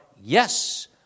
yes